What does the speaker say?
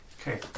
Okay